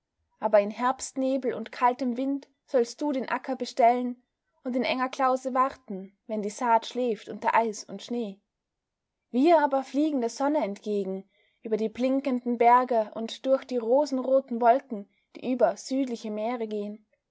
aber in herbstnebel und kaltem wind sollst du den acker bestellen und in enger klause warten wenn die saat schläft unter eis und schnee wir aber fliegen der sonne entgegen über die blinkenden berge und durch die rosenroten wolken die über südliche meere gehen